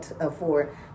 afford